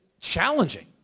challenging